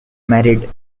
married